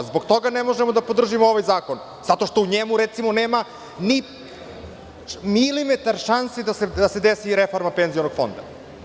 Zbog toga ne možemo da podržimo ovaj zakon, zato što u njemu, recimo, nema ni milimetar šanse da se desi reforma penzionog fonda.